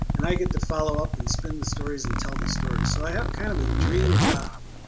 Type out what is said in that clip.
and i get to follow up and spin the stories and tell the stories, so i have kind of a dream job.